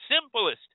simplest